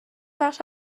بخش